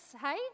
hey